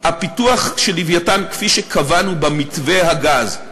הפיתוח של "לווייתן", כפי שקבענו במתווה הגז,